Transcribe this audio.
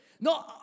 No